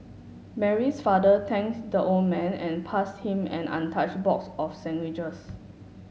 Mary's father thanked the old man and pass him an untouched box of sandwiches